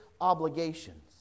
obligations